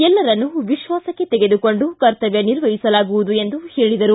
ಎಲ್ಲರನ್ನು ವಿಶ್ವಾಸಕ್ಕೆ ತೆಗೆದುಕೊಂಡು ಕರ್ತವ್ಯ ನಿರ್ವಹಿಸಲಾಗುವುದು ಎಂದು ಹೇಳಿದರು